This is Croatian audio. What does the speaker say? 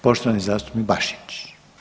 Poštovani zastupnik Bačić.